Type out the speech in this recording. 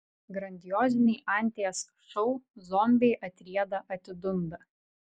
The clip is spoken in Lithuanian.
grandioziniai anties šou zombiai atrieda atidunda